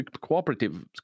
cooperative